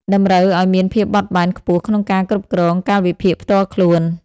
តម្រូវឱ្យមានភាពបត់បែនខ្ពស់ក្នុងការគ្រប់គ្រងកាលវិភាគផ្ទាល់ខ្លួន។